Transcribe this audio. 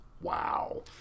wow